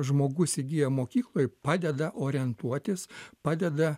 žmogus įgyja mokykloj padeda orientuotis padeda